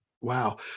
Wow